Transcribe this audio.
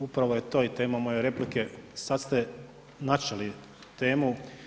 Upravo je to tema moje replike, sad ste načeli temu.